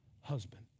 husband